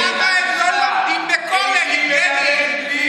למה הם לא לומדים בכולל, יבגני?